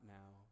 now